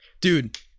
Dude